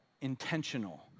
intentional